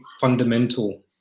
fundamental